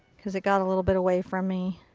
because it got a little bit away from me.